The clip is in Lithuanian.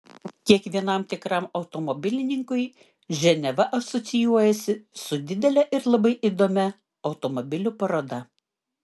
kiekvienam tikram automobilininkui ženeva asocijuojasi su didele ir labai įdomia automobilių paroda